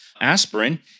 aspirin